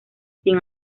sin